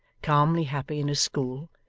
calmly happy in his school,